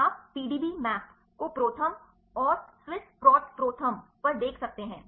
आप PDB map को ProTherm और स्विस प्रोटो प्रोथर्म पर देख सकते हैं